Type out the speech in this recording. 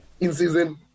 In-season